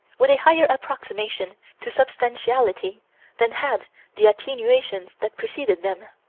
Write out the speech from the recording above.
with a higher approximation to substantiality than had the attenuations that preceded them.